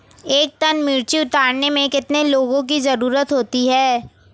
एक टन मिर्ची उतारने में कितने लोगों की ज़रुरत होती है?